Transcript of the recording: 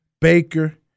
Baker